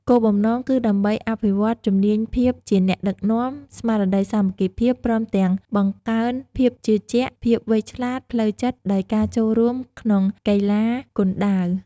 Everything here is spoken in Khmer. គោលបំណងគឺដើម្បីអភិវឌ្ឍជំនាញភាពជាអ្នកដឹកនាំ ស្មារតីសាមគ្គីភាព ព្រមទាំងបង្កើនភាពជឿជាក់ ភាពវៃឆ្លាតផ្លូវចិត្ត ដោយការចូលរួមក្នុងកីឡាគុនដាវ។